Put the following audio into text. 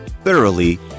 thoroughly